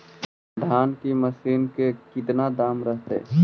धान की मशीन के कितना दाम रहतय?